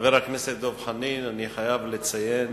חבר הכנסת דב חנין, אני חייב לציין